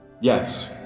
Yes